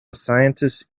scientist